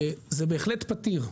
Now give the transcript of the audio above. זה בהחלט פתיר.